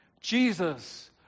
Jesus